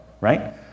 right